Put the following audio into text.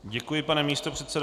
Děkuji, pane místopředsedo.